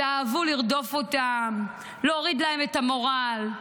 שאהבו לרדוף אותם, להוריד להם את המורל.